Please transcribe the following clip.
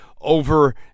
over